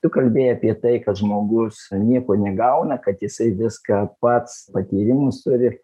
tu kalbėjai apie tai kad žmogus nieko negauna kad jisai viską pats patyrimus turi